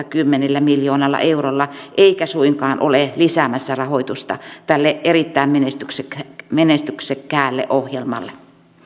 kymmenellä miljoonalla eurolla eikä suinkaan ole lisäämässä rahoitusta tälle erittäin menestyksekkäälle menestyksekkäälle ohjelmalle